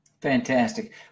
Fantastic